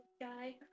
guy